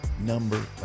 number